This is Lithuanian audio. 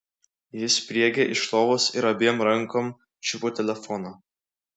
ji spriegė iš lovos ir abiem rankom čiupo telefoną